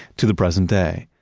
to the present day.